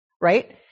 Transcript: right